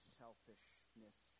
selfishness